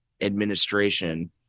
administration